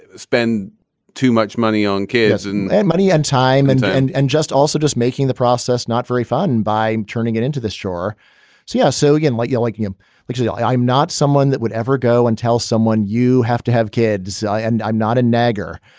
spend too much money on kids and and money and time and and just also just making the process not very fun and by turning it into this chore so, yeah. so again, like you'll like him because yeah i'm not someone that would ever go and tell someone you have to have kids. and i'm not a nagger.